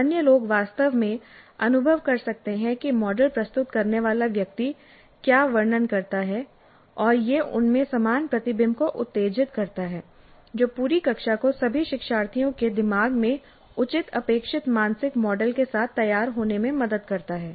अन्य लोग वास्तव में अनुभव कर सकते हैं कि मॉडल प्रस्तुत करने वाला व्यक्ति क्या वर्णन करता है और यह उनमें समान प्रतिबिंब को उत्तेजित करता है जो पूरी कक्षा को सभी शिक्षार्थियों के दिमाग में उचित अपेक्षित मानसिक मॉडल के साथ तैयार होने में मदद करता है